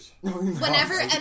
Whenever